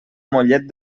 mollet